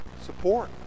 support